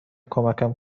کمکم